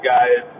Guys